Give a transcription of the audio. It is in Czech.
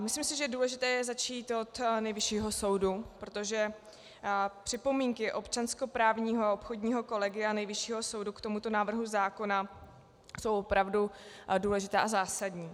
Myslím, že důležité je začít od Nejvyššího soudu, protože připomínky občanskoprávního a obchodního kolegia Nejvyššího soudu k tomuto návrhu zákona jsou opravdu důležité a zásadní.